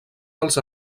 dels